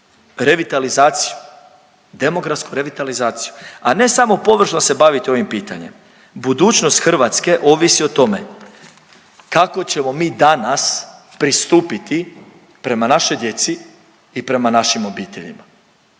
revitalizaciju, demografsku revitalizaciju, a ne samo površno se baviti ovim pitanjem. Budućnost Hrvatske ovisi o tome kako ćemo mi danas pristupiti prema našoj djeci i prema našim obiteljima.